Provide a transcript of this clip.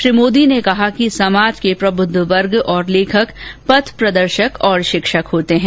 श्री मोदी ने कहा कि समाज के प्रब्द्ध वर्ग और लेखक पथ प्रदर्शक और शिक्षक होते हैं